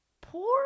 poor